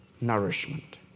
nourishment